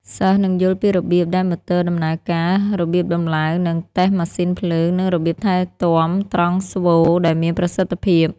សិស្សនឹងយល់ពីរបៀបដែលម៉ូទ័រដំណើរការ របៀបតំឡើង និងតេស្តម៉ាស៊ីនភ្លើង និងរបៀបថែទាំត្រង់ស្វូឱ្យមានប្រសិទ្ធភាព។